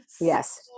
Yes